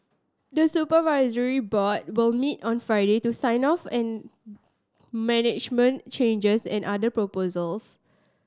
the supervisory board will meet on Friday to sign off on management changes and other proposals